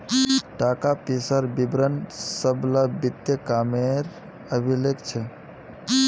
ताका पिसार विवरण सब ला वित्तिय कामेर अभिलेख छे